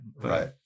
Right